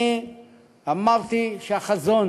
אני אמרתי שהחזון